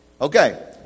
Okay